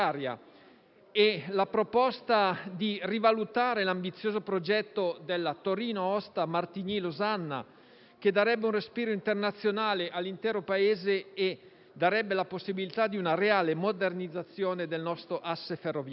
e alla proposta di rivalutare l'ambizioso progetto della Torino-Aosta-Martigny-Losanna, che darebbe un respiro internazionale all'intero Paese e la possibilità di una reale modernizzazione del nostro asse ferroviario.